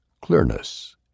Clearness